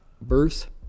birth